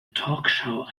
talkshow